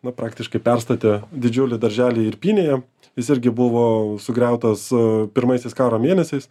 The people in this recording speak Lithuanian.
na praktiškai perstatė didžiulį darželį ir pynėją jis irgi buvo sugriautas a pirmaisiais karo mėnesiais